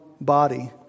body